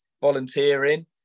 volunteering